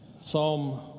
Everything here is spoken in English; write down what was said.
Psalm